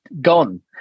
gone